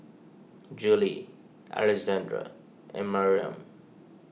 Jolie Alexandra and Mariam